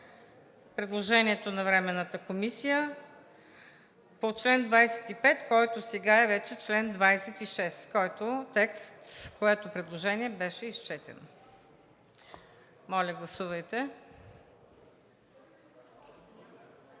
предложението на Временната комисия по чл. 25, който сега е вече чл. 26, което предложение беше изчетено. Гласували